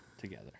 Together